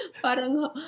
parang